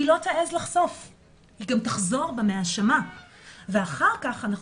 היא לא תעז לחשוף והיא גם תחזור בה מההאשמה ואחר כך אנחנו